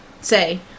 say